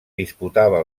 disputava